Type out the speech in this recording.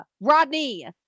rodney